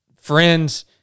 friends